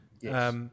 Yes